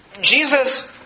Jesus